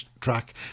track